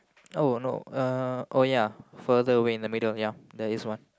oh no uh oh ya further away in the middle ya there is one